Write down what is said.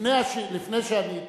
לפני שעלית